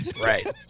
Right